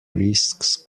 risks